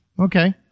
Okay